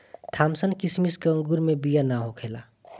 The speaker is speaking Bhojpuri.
थामसन किसिम के अंगूर मे बिया ना होखेला